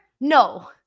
No